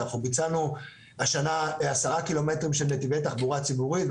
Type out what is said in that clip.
ביצענו השנה עשרה קילומטרים של נתיבי תחבורה ציבורית,